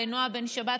לנעה בן שבת,